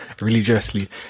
Religiously